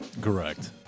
Correct